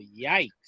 yikes